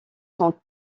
sont